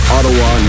Ottawa